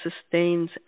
sustains